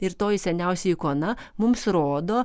ir toji seniausioji ikona mums rodo